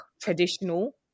traditional